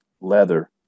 leather